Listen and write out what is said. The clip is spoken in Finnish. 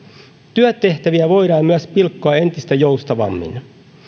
työtehtäviä voidaan myös pilkkoa entistä joustavammin